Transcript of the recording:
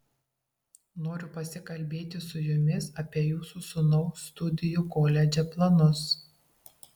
noriu pasikalbėti su jumis apie jūsų sūnaus studijų koledže planus